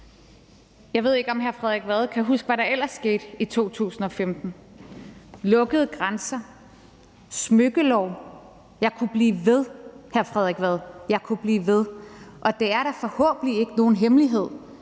Jeg ved ikke, om hr. Frederik Vad kan huske, hvad der ellers skete i 2015: lukkede grænser, smykkelov, og jeg kunne blive ved, hr. Frederik Vad – jeg kunne blive ved. Og det er da forhåbentlig ikke nogen hemmelighed,